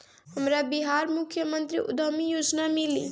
हमरा बिहार मुख्यमंत्री उद्यमी योजना मिली?